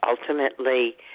ultimately